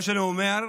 מה שאני אומר,